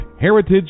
Heritage